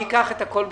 אקח הכול בחשבון.